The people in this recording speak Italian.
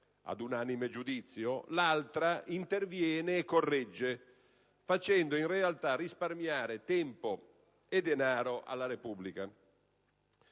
ad unanime giudizio, l'altra interviene e corregge, facendo in realtà risparmiare tempo e denaro alla Repubblica.